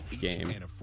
game